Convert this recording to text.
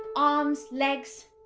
arms, legs,